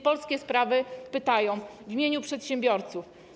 Polskie Sprawy pytają w imieniu przedsiębiorców: